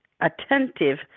attentive